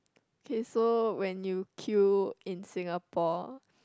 K so when you queue in Singapore